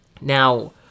Now